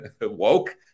woke